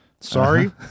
Sorry